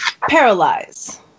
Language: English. paralyze